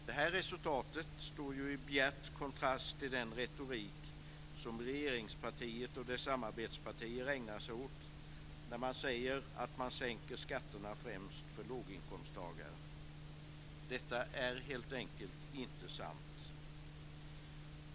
Det här resultatet står i bjärt kontrast till den retorik som regeringspartiet och dess samarbetspartier ägnar sig åt när de säger att man sänker skatterna främst för låginkomsstagare. Det de säger är helt enkelt inte sant!